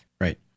Right